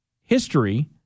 history